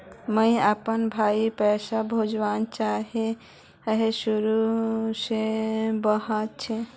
मुई अपना भाईक पैसा भेजवा चहची जहें शहर से बहार छे